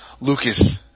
Lucas